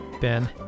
Ben